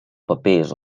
papers